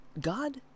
God